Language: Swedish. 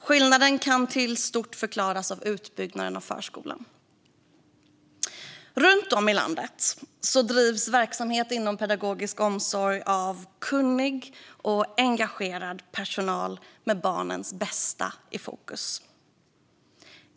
Skillnaden kan till stor del förklaras av utbyggnaden av förskolan. Runt om i landet bedrivs verksamhet inom pedagogisk omsorg av kunnig och engagerad personal med barnens bästa i fokus.